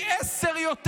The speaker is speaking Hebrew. כולם משלמים פי עשרה יותר.